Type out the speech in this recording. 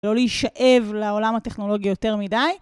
ולא להישאב לעולם הטכנולוגי יותר מדי.